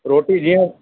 रोटी जीअं